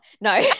No